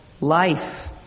life